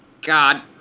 God